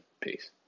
Peace